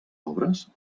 obres